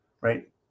right